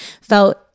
felt